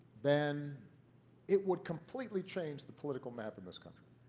then it would completely change the political map in this country,